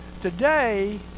Today